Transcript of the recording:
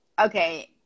okay